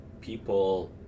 people